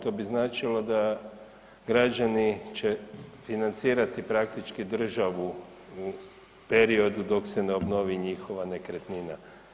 To bi značilo da građani će financirati praktički državu u periodu dok se ne obnovi njihova nekretnina.